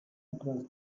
across